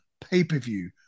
pay-per-view